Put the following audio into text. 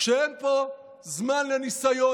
כשאין פה זמן לניסיון,